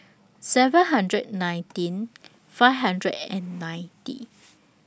seven hundred nineteen five hundred and ninety